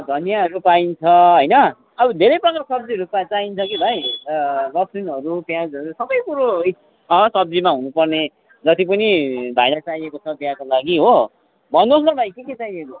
धनियाँहरू पाइन्छ होइन अब धेरै प्रकारको सब्जीहरू पाइन्छ कि भाइ लसुनहरू प्याजहरू सबै कुरो छ सब्जीमा हुनु पर्ने जति पनि भाइलाई चाहिएको छ बिहेको लागि हो भन्नुहोस् न भाइ के के चाहिएको